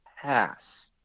pass